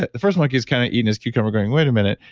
the first monkey's kind of eating his cucumber going, wait a minute.